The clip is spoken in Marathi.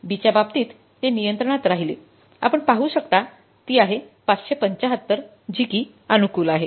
B च्या बाबतीत ते नियंत्रणात राहिले आपण पाहू शकता ती आहे ५७५ जी कि अनुकूल आहे